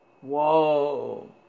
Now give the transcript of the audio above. Whoa